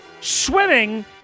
swimming